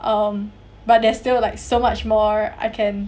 um but there're still like so much more I can